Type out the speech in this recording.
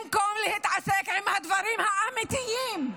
במקום להתעסק עם הדברים האמיתיים,